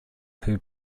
who